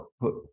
put